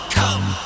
come